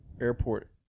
airport